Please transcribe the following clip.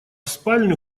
спальню